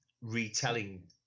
retelling